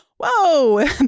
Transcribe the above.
whoa